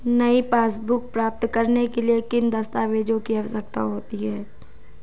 नई पासबुक प्राप्त करने के लिए किन दस्तावेज़ों की आवश्यकता होती है?